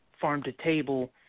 farm-to-table